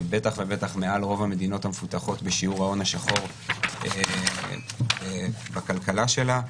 ובטח ובטח מעל רוב המדינות המפותחות בשיעור ההון השחור בכלכלה שלה.